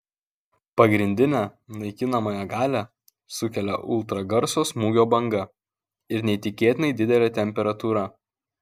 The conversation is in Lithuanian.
pagrindinę naikinamąją galią sukelia ultragarso smūgio banga ir neįtikėtinai didelė temperatūra